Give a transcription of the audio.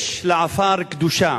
יש לעפר קדושה,